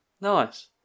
Nice